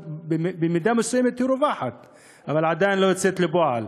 במידה מסוימת היא רווחת אבל עדיין לא יוצאת לפועל,